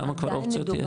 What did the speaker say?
כמה כבר אופציות יש.